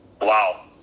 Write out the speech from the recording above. Wow